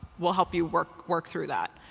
we'll help you work work through that.